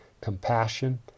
compassion